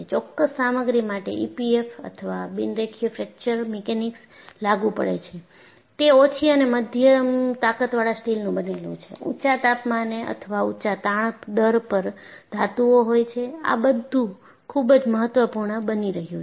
ચોક્કસ સામગ્રી માટે ઈપીએફએમ અથવા બિન રેખીય ફ્રેક્ચર મિકેનિક્સ લાગુ પડે છે તે ઓછી અને મધ્યમ તાક્તવાળા સ્ટીલનું બનેલું છે ઊંચા તાપમાને અથવા ઊંચા તાણ દર પર ધાતુઓ હોય છે આ બધુ ખૂબ જ મહત્વપૂર્ણ બની રહ્યું છે